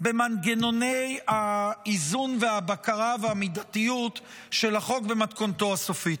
במנגנוני האיזון והבקרה והמידתיות של החוק במתכונתו הסופית.